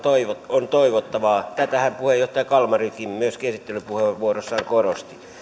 on toivottavaa tätähän myöskin puheenjohtaja kalmari esittelypuheenvuorossaan korosti